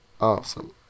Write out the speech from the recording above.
awesome